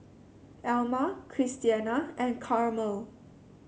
Alma Christiana and Carmel